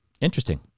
Interesting